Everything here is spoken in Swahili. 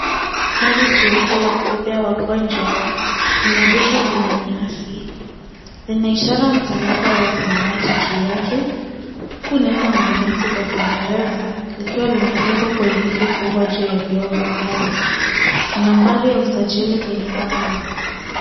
Gari jeupe ya kubebea wagonjwa, imeegeshwa kwenye nyasi. Ina ishara ya msalaba wa samawati juu yake huku neno, ambulance, kwa kiingereza likiwa limeandikwa kwa herufi kubwa juu ya vioo vya gari na nambari ya usajili kwenye bumper lake.